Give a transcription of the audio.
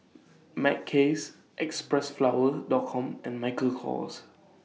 Mackays Xpressflower Dot Com and Michael Kors